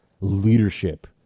leadership